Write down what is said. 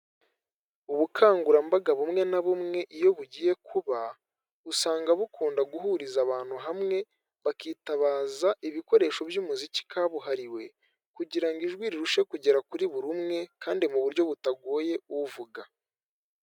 Ubukangurambaga bumwe na bumwe iyo bugiye kuba, usanga bukunda guhuriza abantu hamwe, bakitabaza ibikoresho by'umuziki kabuhariwe, kugira ngo ijwi rirusheho kugera kuri buri umwe, kandi mu buryo butagoye uvuga.